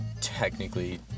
technically